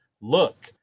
look